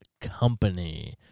Company